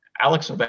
Alex